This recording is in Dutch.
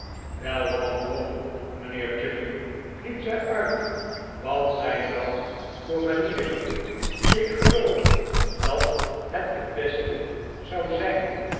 wel wat drommel mijnheer chuffey riep zij uit wat zijn dat voor manieren i m i snuffey wordt tot rede gebracht ik geloof dat het t beste zou zijn